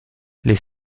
les